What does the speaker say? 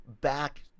back